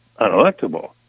unelectable